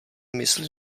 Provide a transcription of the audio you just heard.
mysli